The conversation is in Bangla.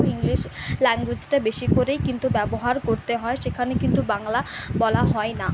ইংলিশ ল্যাঙ্গুয়েজটা বেশি করেই কিন্তু ব্যবহার করতে হয় সেখানে কিন্তু বাংলা বলা হয় না